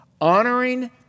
honoring